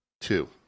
Two